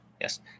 Yes